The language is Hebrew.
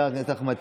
תודה